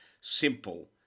simple